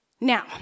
Now